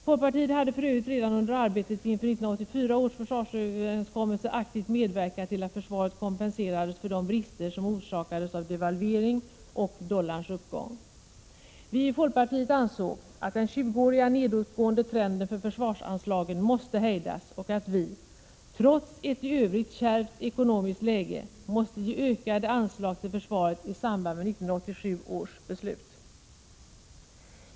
Folkpartiet hade för övrigt redan under arbetet inför 1984 års försvarsöverenskommelse aktivt medverkat till att försvaret kompenserades för de brister som orsakades av devalvering och dollarns uppgång. Vi i folkpartiet ansåg att den 20-åriga nedåtgående trenden för försvarsanslagen måste hejdas och att vi, trots ett i övrigt kärvt ekonomiskt läge, måste ge ökade anslag till försvaret i samband med 1987 års beslut.